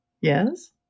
Yes